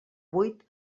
vuit